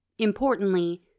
Importantly